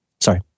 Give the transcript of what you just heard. Sorry